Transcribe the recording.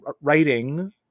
writing